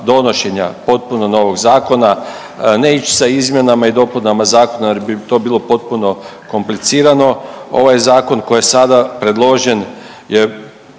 donošenja potpuno novog zakona. Ne ići sa izmjenama i dopunama zakona, jer bi to bilo potpuno komplicirano. Ovaj zakon koji je sada predložen je